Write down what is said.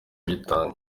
bitanga